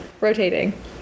rotating